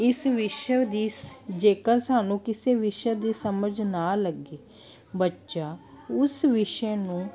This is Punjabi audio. ਇਸ ਵਿਸ਼ਵ ਦੀ ਜੇਕਰ ਸਾਨੂੰ ਕਿਸੇ ਵਿਸ਼ੇ ਦੀ ਸਮਝ ਨਾ ਲੱਗੇ ਬੱਚਾ ਉਸ ਵਿਸ਼ੇ ਨੂੰ